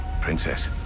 princess